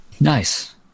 Nice